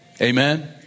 Amen